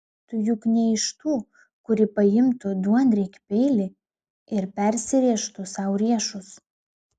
tu juk ne iš tų kuri paimtų duonriekį peilį ir persirėžtų sau riešus